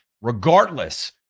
regardless